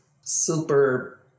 super